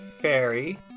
fairy